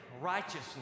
righteousness